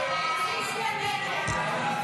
סעיף 4, כהצעת הוועדה,